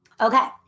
Okay